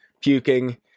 puking